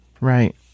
Right